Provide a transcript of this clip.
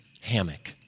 hammock